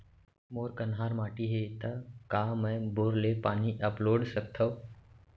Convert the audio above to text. मोर कन्हार माटी हे, त का मैं बोर ले पानी अपलोड सकथव?